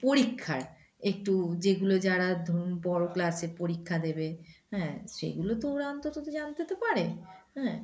পরীক্ষার একটু যেগুলো যারা ধরুন বড়ো ক্লাসে পরীক্ষা দেবে হ্যাঁ সেগুলো তো ওরা অন্তত জানতে তো পারে হ্যাঁ